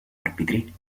arbitri